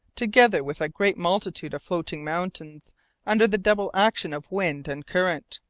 together with a great multitude of floating mountains under the double action of wind and current,